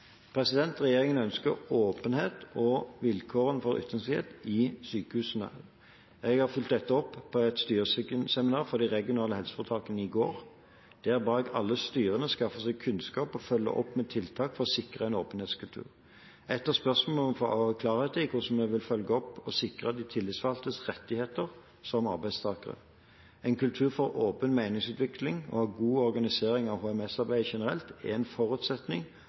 Regjeringen ønsker å styrke åpenheten og vilkårene for ytringsfrihet i sykehusene. Jeg har fulgt dette opp på et styreseminar for de regionale helseforetakene i går. Der ba jeg alle styrene skaffe seg kunnskap og følge opp med tiltak for å sikre en åpenhetskultur. Ett av spørsmålene vi må få klarhet i, er hvordan vi vil følge opp og sikre de tillitsvalgtes rettigheter som arbeidstakere. En kultur for åpen meningsutveksling, og god organisering av HMS-arbeidet generelt, er en forutsetning